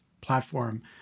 platform